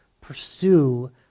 pursue